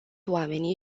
oamenii